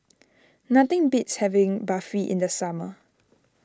nothing beats having Barfi in the summer